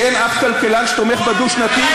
אמרת שאין אף כלכלן שתומך בדו-שנתי,